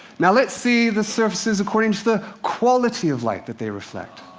now let's see the surfaces according to the quality of light that they reflect.